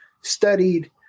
studied